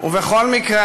ובכל מקרה,